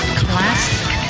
classic